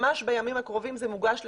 ממש בימים הקרובים זה מוגש לשיפוט,